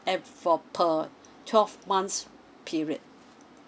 and for per twelve months period